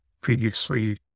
previously